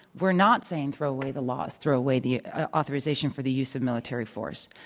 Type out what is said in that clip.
we're not saying throw away the laws, throw away the authorization for the use of military force,